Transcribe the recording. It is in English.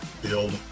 Build